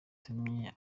yagumye